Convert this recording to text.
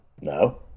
No